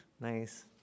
Nice